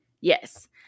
Yes